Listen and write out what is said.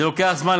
זה לוקח זמן,